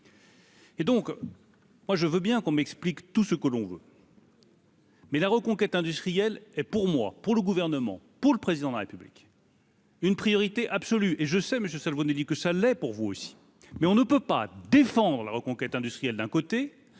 Et donc moi je veux bien qu'on m'explique tout ce que l'on. Mais la reconquête industrielle et pour moi, pour le gouvernement, pour le président de la République. Une priorité absolue et je sais Monsieur seule vous dit que ça l'est pour vous aussi, mais on ne peut pas défendre la reconquête industrielle d'un côté